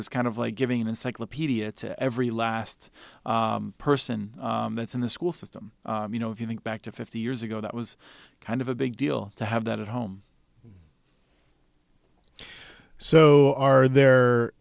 it's kind of like giving an encyclopedia to every last person that's in the school system you know if you think back to fifty years ago that was kind of a big deal to have that at home so are there